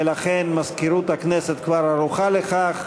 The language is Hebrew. ולכן, מזכירות הכנסת כבר ערוכה לכך.